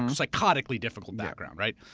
psychotically difficult background, right?